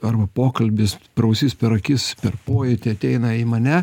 arba pokalbis pro ausis per akis per pojūtį ateina į mane